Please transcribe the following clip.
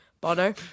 Bono